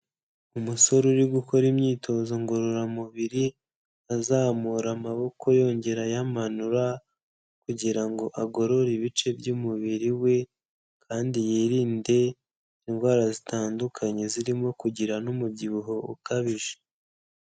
Umusore uri gukora imyitozo ngororamubiri, azamura amaboko yongera ayamanura, kugira ngo agorore ibice by'umubiri we, kandi yirinde indwara zitandukanye zirimo kugira n'umubyibuho ukabije.